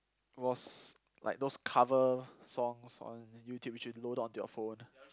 was like those cover songs on YouTube which you load on your phone